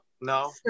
no